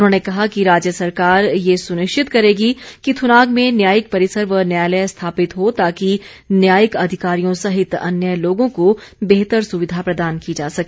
उन्होंने कहा कि राज्य सरकार ये सुनिश्चित करेगी कि थुनाग में न्यायिक परिसर व न्यायालय स्थापित हो ताकि न्यायिक अधिकारियों सहित अन्य लोगों को बेहतर सुविधा प्रदान की जा सके